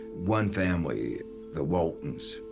one family the waltons,